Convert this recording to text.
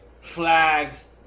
flags